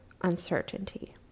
uncertainty